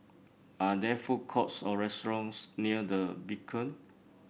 are there food courts or restaurants near The Beacon